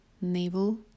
navel